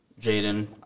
Jaden